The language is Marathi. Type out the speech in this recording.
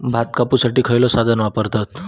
भात कापुसाठी खैयचो साधन वापरतत?